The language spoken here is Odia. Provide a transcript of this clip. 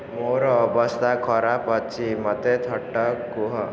ମୋର ଅବସ୍ଥା ଖରାପ ଅଛି ମୋତେ ଥଟ୍ଟା କୁହ